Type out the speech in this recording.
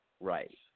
Right